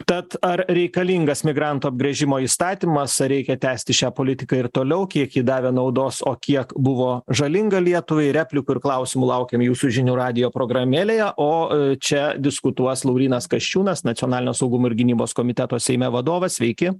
tad ar reikalingas migrantų apgręžimo įstatymas ar reikia tęsti šią politiką ir toliau kiek ji davė naudos o kiek buvo žalinga lietuvai replikų ir klausimų laukiam jūsų žinių radijo programėlėje o čia diskutuos laurynas kasčiūnas nacionalinio saugumo ir gynybos komiteto seime vadovas sveiki